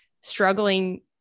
struggling